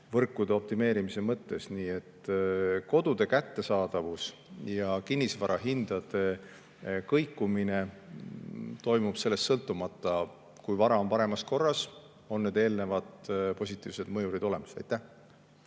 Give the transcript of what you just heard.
võrkude optimeerimise mõttes. Nii et kodude kättesaadavus ja kinnisvarahindade kõikumine toimub sellest sõltumata. Kui vara on paremas korras, on need eelnevad positiivsed mõjurid olemas.